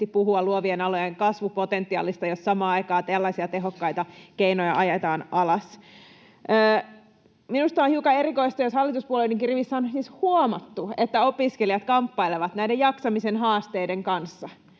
puhua luovien alojen kasvupotentiaalista, jos samaan aikaan tällaisia tehokkaita keinoja ajetaan alas. Minusta on hiukan erikoista, jos hallituspuolueidenkin rivissä on siis huomattu, että opiskelijat kamppailevat jaksamisen haasteiden kanssa,